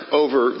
over